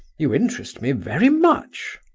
you interest me very much!